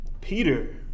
Peter